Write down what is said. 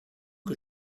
que